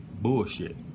bullshit